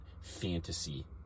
fantasy